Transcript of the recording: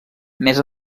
més